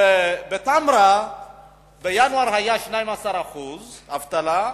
בתמרה בינואר היו 12% אבטלה,